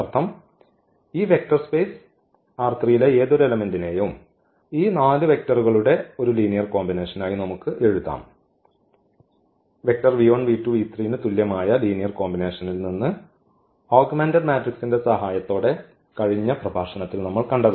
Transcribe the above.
അർത്ഥം ഈ vector space യിലെ ഏതൊരു എലെമെന്റിനെയും ഈ 4 വെക്റ്ററുകളുടെ ഒരു ലീനിയർ കോമ്പിനേഷനായി നമുക്ക് എഴുതാം ന് തുല്യമായ ലീനിയർ കോമ്പിനേഷനിൽ നിന്ന് ഓഗ്മെന്റഡ് മാട്രിക്സിന്റെ സഹായത്തോടെ കഴിഞ്ഞ പ്രഭാഷണത്തിൽ നമ്മൾ കണ്ടതാണ്